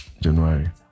January